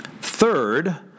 Third